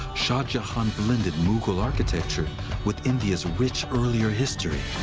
shah jahan blended mughal architecture with india's rich earlier history.